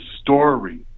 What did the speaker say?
story